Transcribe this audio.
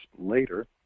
later